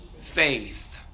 faith